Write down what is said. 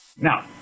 Now